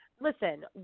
listen